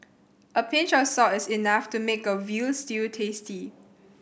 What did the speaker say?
a pinch of salt is enough to make a veal stew tasty